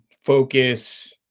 focus